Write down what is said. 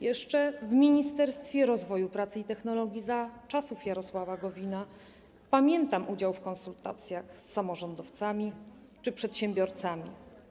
Jeszcze w Ministerstwie Rozwoju, Pracy i Technologii za czasów Jarosława Gowina pamiętam udział w konsultacjach z samorządowcami czy przedsiębiorcami.